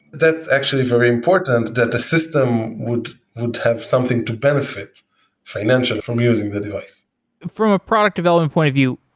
that's actually very important that the system would would have something to benefit financially from using the device from a product development point of view,